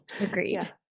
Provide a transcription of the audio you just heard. Agreed